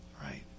right